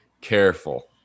careful